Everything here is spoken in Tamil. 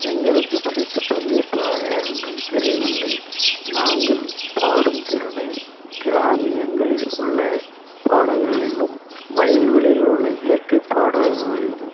எங்களுக்கு பிடித்த பங்கேற்பாளர் யாரென்றும் தெரியவில்லை நாங்கள் பாடும் திறனை கிராமியங்களில் உள்ள பாடல்களிலும் வயல்வெளியில் உள்ள இயற்கை பாடல்களையும்